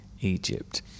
Egypt